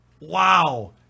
Wow